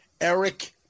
Eric